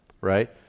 right